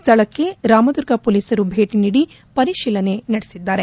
ಸ್ಥಳಕ್ಕೆ ರಾಮದುರ್ಗ ಪೊಲೀಸರು ಬೇಟಿ ನೀಡಿ ಪರಿಶೀಲನೆ ನಡೆಸಿದ್ದಾರೆ